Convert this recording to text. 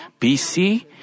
BC